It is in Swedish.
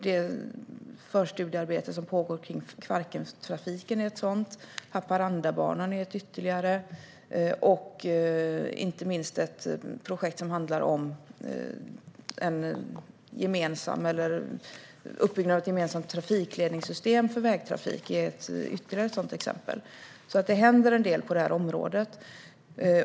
Det förstudiearbete som pågår om Kvarkentrafiken är ett annat, liksom Haparandabanan. Inte minst det projekt som handlar om uppbyggnaden av ett gemensamt trafikledningssystem för vägtrafik är ytterligare ett exempel. Det händer alltså en hel del på detta område.